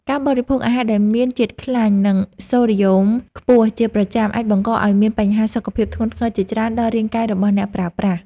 ការបរិភោគអាហារដែលមានជាតិខ្លាញ់ និងសូដ្យូមខ្ពស់ជាប្រចាំអាចបង្កឲ្យមានបញ្ហាសុខភាពធ្ងន់ធ្ងរជាច្រើនដល់រាងកាយរបស់អ្នកប្រើប្រាស់។